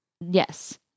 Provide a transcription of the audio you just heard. Yes